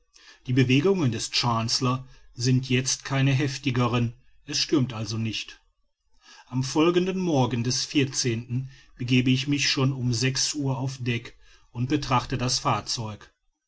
die bewegungen des chancellor sind jetzt keine heftigeren es stürmt also nicht am folgenden morgen des begebe ich mich schon um sechs uhr auf deck und betrachte das fahrzeug